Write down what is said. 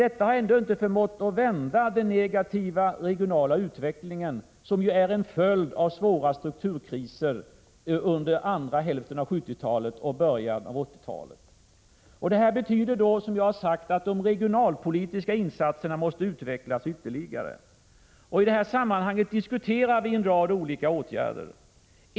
Detta har ändå inte förmått att vända den negativa regionala utvecklingen som ju är en följd av svåra strukturkriser under andra hälften av 1970-talet och början av 1980-talet. Det här betyder, som jag har sagt, att de regionalpolitiska insatserna måste ökas ytterligare. I det här sammanhanget diskuterar vi en rad olika åtgärder.